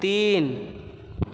तीन